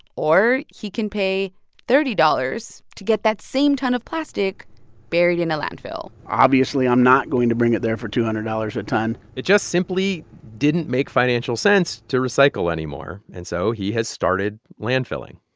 or he can pay thirty dollars to get that same ton of plastic buried in a landfill obviously, i'm not going to bring it there for two hundred dollars a ton it just simply didn't make financial sense to recycle anymore. and so he has started landfilling.